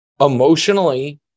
emotionally